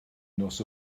nos